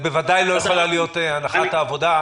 זו בוודאי לא יכולה להיות הנחת העבודה.